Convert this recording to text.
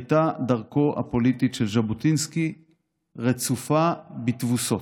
הייתה דרכו הפוליטית של ז'בוטינסקי רצופה תבוסות.